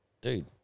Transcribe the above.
Dude